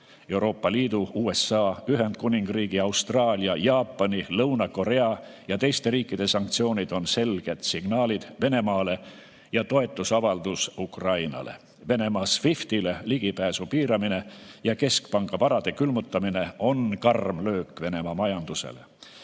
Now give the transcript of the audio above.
Euroopa Liidu, USA, Ühendkuningriigi, Austraalia, Jaapani, Lõuna-Korea ja teiste riikide sanktsioonid on selged signaalid Venemaale ja toetusavaldus Ukrainale. Venemaa SWIFT-ile ligipääsu piiramine ja keskpanga varade külmutamine on karm löök Venemaa majandusele.